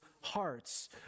hearts